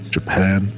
Japan